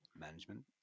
management